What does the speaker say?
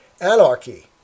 anarchy